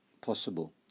possible